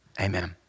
amen